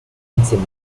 emotion